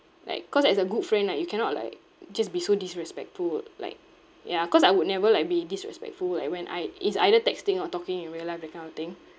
like cause as a good friend right you cannot like just be so disrespectful like ya cause I would never like be disrespectful like when I it's either texting or talking in real life that kind of thing